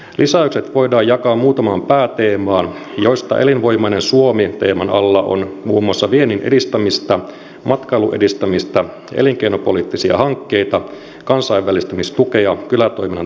lisäykset voidaan jakaa muutamaan pääteemaan joista elinvoimainen suomi teeman alla on muun muassa viennin edistämistä matkailun edistämistä elinkeinopoliittisia hankkeita kansainvälistymistukea kylätoiminnan tukemista ja vesihuoltoa